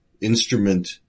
instrument